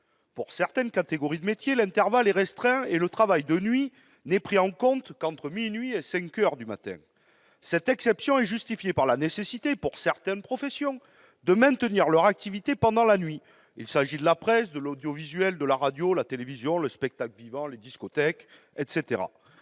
pour certaines catégories de métiers, l'intervalle est restreint, le travail de nuit n'étant pris en compte qu'entre minuit et 5 heures du matin. Cette exception est justifiée par la nécessité, pour certaines professions, de maintenir leur activité pendant la nuit. C'est le cas pour la presse, la radio, la télévision, le spectacle vivant, les discothèques, etc.